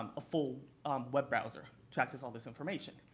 um a full web browser to access all this information.